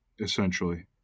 essentially